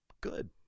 good